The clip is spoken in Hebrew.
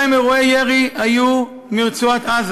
72 אירועי ירי היו מרצועת-עזה.